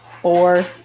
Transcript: four